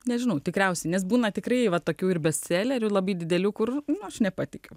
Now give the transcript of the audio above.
nežinau tikriausiai nes būna tikrai yra tokių ir bestselerių labai didelių kur aš nepatikiu